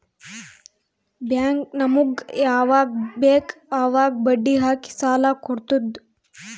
bank ನಮುಗ್ ಯವಾಗ್ ಬೇಕ್ ಅವಾಗ್ ಬಡ್ಡಿ ಹಾಕಿ ಸಾಲ ಕೊಡ್ತುದ್